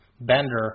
bender